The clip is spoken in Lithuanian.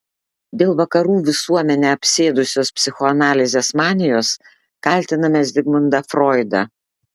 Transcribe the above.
dėl vakarų visuomenę apsėdusios psichoanalizės manijos kaltiname zigmundą froidą